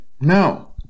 No